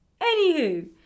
Anywho